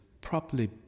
properly